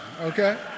okay